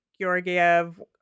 Georgiev